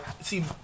see